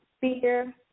fear